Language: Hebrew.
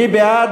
מי בעד?